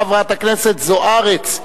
חברת הכנסת זוארץ,